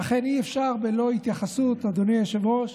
ואכן, אי-אפשר בלא התייחסות, אדוני היושב-ראש,